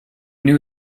new